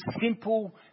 simple